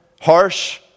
harsh